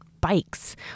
bikes